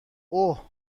اوه